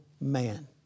man